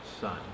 son